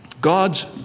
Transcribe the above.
God's